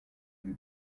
lui